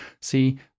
See